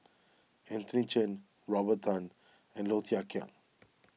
Anthony Chen Robert Tan and Low Thia Khiang